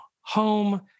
home